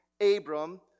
Abram